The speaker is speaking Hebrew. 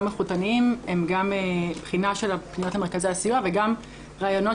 איכותניים הם גם בחינה של הפניות למרכזי הסיוע וגם ראיונות